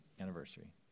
anniversary